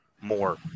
more